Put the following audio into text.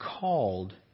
called